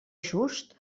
just